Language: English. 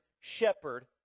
shepherd